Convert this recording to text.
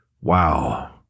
Wow